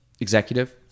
executive